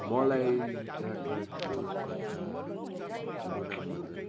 मलाई चाखलाग्दो कथा मुना मदन